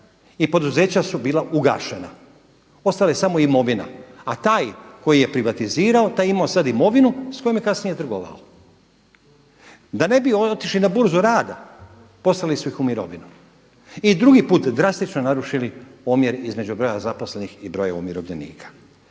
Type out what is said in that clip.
i poduzeća su bila ugašena. Ostala je samo imovina. A taj koji je privatizirao taj je imao sad i imovinu sa kojom je kasnije trgovao. Da ne bi otišli na burzu rada poslali su ih u mirovinu i drugi put drastično narušili omjer između broja zaposlenih i broja umirovljenika.